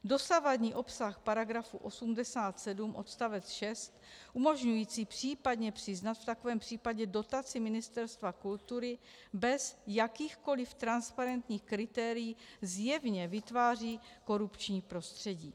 Dosavadní obsah § 87 odst. 6 umožňující případně přiznat v takovém případě dotaci Ministerstva kultury bez jakýchkoliv transparentních kritérií, zjevně vytváří korupční prostředí.